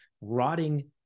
rotting